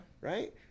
Right